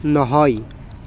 নহয়